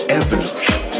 evolution